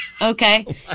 Okay